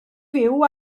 fyw